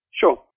Sure